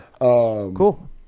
Cool